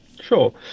Sure